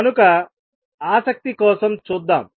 కనుక ఆసక్తి కోసం చూద్దాం